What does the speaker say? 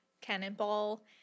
cannonball